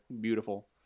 beautiful